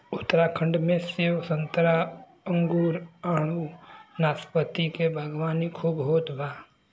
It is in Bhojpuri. उत्तराखंड में सेब संतरा अंगूर आडू नाशपाती के बागवानी खूब होत बा